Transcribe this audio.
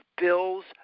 Bill's